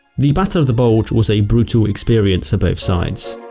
the battle of the bulge was a brutal experience for both sides.